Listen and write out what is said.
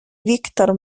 viktor